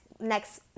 next